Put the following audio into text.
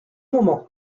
moment